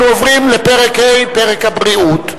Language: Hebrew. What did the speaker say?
אנחנו עוברים לפרק ה', פרק הבריאות.